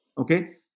Okay